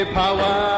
power